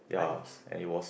ya and it was